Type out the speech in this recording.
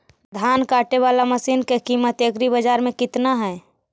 धान काटे बाला मशिन के किमत एग्रीबाजार मे कितना है?